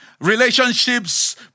Relationships